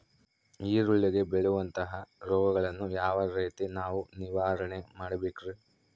ಈರುಳ್ಳಿಗೆ ಬೇಳುವಂತಹ ರೋಗಗಳನ್ನು ಯಾವ ರೇತಿ ನಾವು ನಿವಾರಣೆ ಮಾಡಬೇಕ್ರಿ?